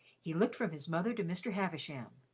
he looked from his mother to mr. havisham.